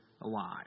alive